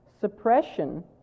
Suppression